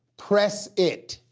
press it!